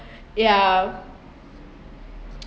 yeah